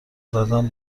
زدن